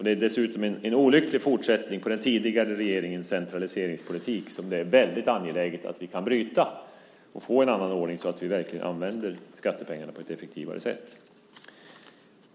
Det är dessutom en olycklig fortsättning på den tidigare regeringens centraliseringspolitik, som det är väldigt angeläget att vi kan bryta och få en annan ordning, så att vi verkligen använder skattepengarna på ett effektivare sätt.